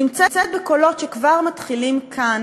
נמצאת בקולות שכבר מתחילים להישמע כאן